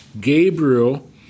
Gabriel